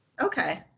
okay